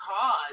cause